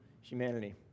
humanity